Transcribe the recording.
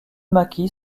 maquis